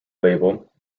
label